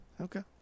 Okay